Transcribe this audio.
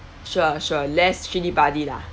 sure sure less cili padi lah